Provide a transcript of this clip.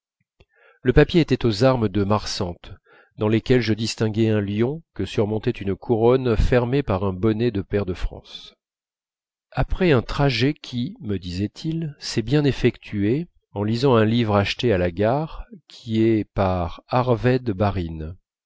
le papier était aux armes de marsantes dans lesquelles je distinguais un lion que surmontait une couronne formée par un bonnet de pair de france après un trajet qui me disait-il s'est bien effectué en lisant un livre acheté à la gare qui est par arvède barine